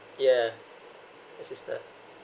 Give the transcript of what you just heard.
yeah my sister